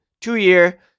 two-year